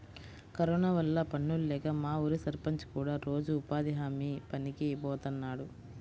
corona వల్ల పనుల్లేక మా ఊరి సర్పంచ్ కూడా రోజూ ఉపాధి హామీ పనికి బోతన్నాడు